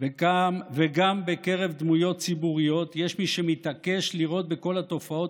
וגם בקרב דמויות ציבוריות יש מי שמתעקשים לראות בכל התופעות